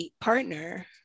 partner